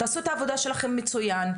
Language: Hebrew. תעשו את העבודה שלכם מצוין.